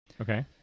Okay